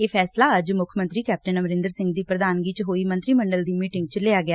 ਇਹ ਫੈਸਲਾ ਅੱਜ ਮੁੱਖ ਮੰਤਰੀ ਕੈਪਟਨ ਅਮਰਿੰਦਰ ਸਿੰਘ ਦੀ ਪ੍ਰਧਾਨਗੀ ਚ ਹੋਈ ਮੰਤਰੀ ਮੰਡਲ ਦੀ ਮੀਟਿੰਗ ਚ ਲਿਆ ਗਿਆ